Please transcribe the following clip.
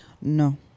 no